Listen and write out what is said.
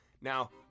Now